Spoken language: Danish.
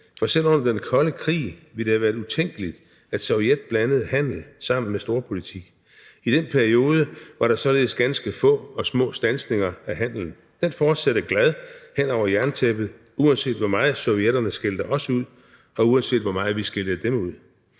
for selv under den kolde krig ville det have været utænkeligt, at Sovjet blandede handel sammen med storpolitik. I den periode var der således ganske få og små standsninger af handelen. Den fortsatte glad hen over jerntæppet, uanset hvor meget sovjetterne skældte os ud, og uanset hvor meget vi skældte dem ud.